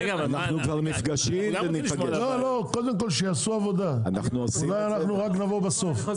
קודם כל שיעשו עבודה, אולי אנחנו רק נבוא בסוף.